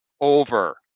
over